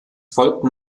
folgten